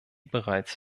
bereits